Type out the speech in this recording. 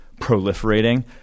proliferating